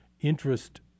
interest